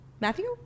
Matthew